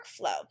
workflow